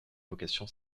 vocation